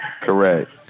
correct